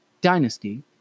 Dynasty